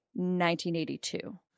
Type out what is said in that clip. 1982